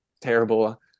terrible